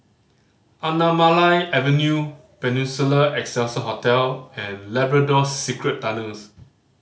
Anamalai Avenue Peninsula Excelsior Hotel and Labrador Secret Tunnels